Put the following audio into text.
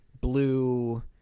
blue